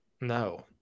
No